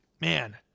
Man